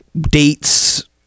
dates